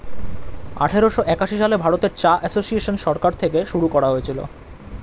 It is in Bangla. আঠারোশো একাশি সালে ভারতে চা এসোসিয়েসন সরকার থেকে শুরু করা হয়েছিল